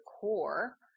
core